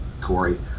Corey